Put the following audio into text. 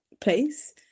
place